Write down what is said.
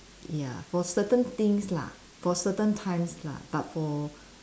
ya for certain things lah for certain times lah but for